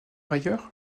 ailleurs